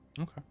okay